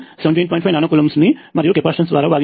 5 nano coulombs ని మరియు capacitance ద్వారా భాగించాలి